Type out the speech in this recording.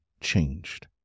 changed